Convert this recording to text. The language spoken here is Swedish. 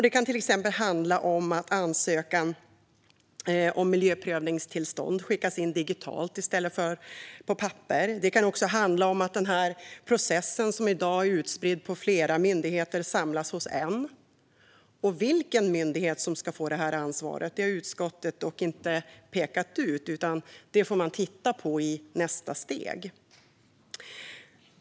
Det kan till exempel handla om att ansökan om miljöprövningstillstånd skickas in digitalt i stället för på papper. Det kan också handla om att denna process, som i dag är utspridd på flera myndigheter, samlas hos en enda. Vilken myndighet som ska få detta ansvar har utskottet dock inte pekat ut, utan det får man titta på i nästa steg.